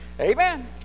Amen